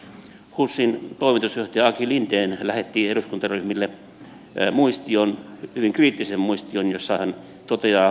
husin toimitusjohtaja aki linden lähetti eduskuntaryhmille muistion hyvin kriittisen muistion jossa hän toteaa